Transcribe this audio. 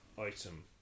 item